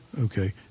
Okay